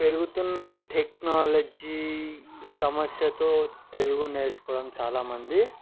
పెరుగుతున్న టెక్నాలజీ సమస్యతో తెలుగు నేర్చుకోవడం చాలా మంది